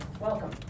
welcome